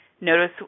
Notice